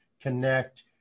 connect